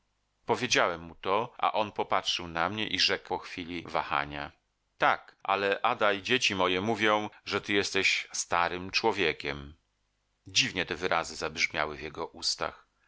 powiedziałem mu to a on popatrzył na mnie i rzekł po chwili wahania tak ale ada i dzieci moje mówią że ty jesteś starym człowiekiem dziwnie te